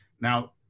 Now